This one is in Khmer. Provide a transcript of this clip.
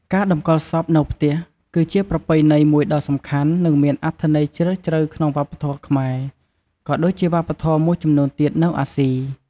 ការតម្កល់សពនៅផ្ទះ គឺជាប្រពៃណីមួយដ៏សំខាន់ និងមានអត្ថន័យជ្រាលជ្រៅក្នុងវប្បធម៌ខ្មែរ ក៏ដូចជាវប្បធម៌មួយចំនួនទៀតនៅអាស៊ី។